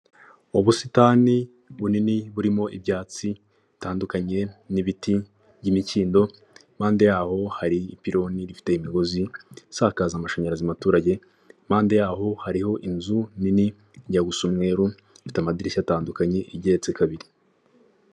Ubusitani bunini burimo ibyatsi bitandukanye n'ibiti by'imikindo impande yaho hari, ipironi ifite imigozi isakaza amashanyarazi, mu baturage, impande yaho hariho inzu nini ijya gusa umweru ifite amadirishya atandukanye igeretse kabiri.